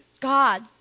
God